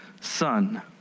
son